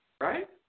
right